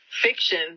fiction